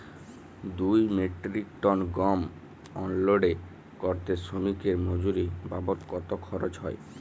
দুই metric ton গম unload করতে শ্রমিক এর মজুরি বাবদ কত খরচ হয়?